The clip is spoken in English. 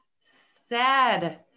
sad